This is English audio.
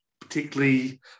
particularly